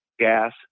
gas